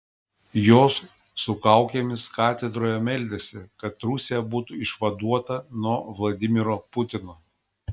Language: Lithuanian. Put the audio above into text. jos su kaukėmis katedroje meldėsi kad rusija būtų išvaduota nuo vladimiro putino